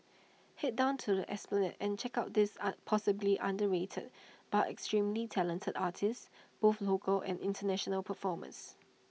Head down to the esplanade and check out these are possibly underrated but extremely talented artists both local and International performance